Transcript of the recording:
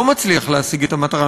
לא מצליח להשיג את המטרה.